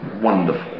wonderful